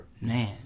man